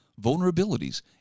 vulnerabilities